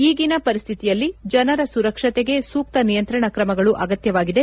ಈಗಿನ ಪರಿಸ್ಥಿತಿಯಲ್ಲಿ ಜನರ ಸುರಕ್ಷತೆಗೆ ಸೂಕ್ತ ನಿಯಂತ್ರಣ ಕ್ರಮಗಳು ಅಗತ್ಯವಾಗಿದೆ